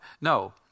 No